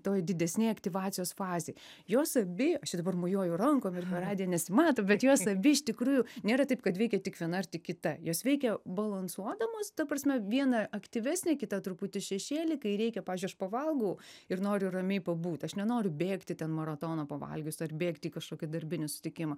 toj didesnėj aktyvacijos fazėj jos abi aš čia dabar mojuoj rankom ir per radiją nesimato bet jos abi iš tikrųjų nėra taip kad veikia tik viena ar tik kita jos veikia balansuodamos ta prasme viena aktyvesnė kita truputį šešėlį kai reikia pavyzdžiui aš pavalgau ir noriu ramiai pabūt aš nenoriu bėgti ten maratono pavalgius ar bėgti į kažkokį darbinį susitikimą